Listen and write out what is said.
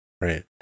Right